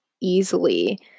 easily